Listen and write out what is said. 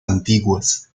antiguas